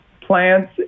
plants